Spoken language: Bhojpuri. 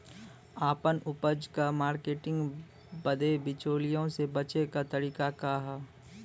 आपन उपज क मार्केटिंग बदे बिचौलियों से बचे क तरीका का ह?